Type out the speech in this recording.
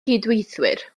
gydweithwyr